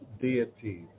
deities